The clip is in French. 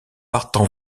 partent